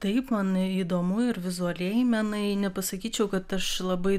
taip man įdomu ir vizualieji menai nepasakyčiau kad aš labai